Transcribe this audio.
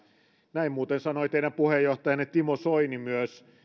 näin muuten sanoi teidän puheenjohtajanne timo soini myös